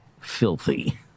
filthy